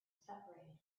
separated